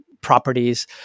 properties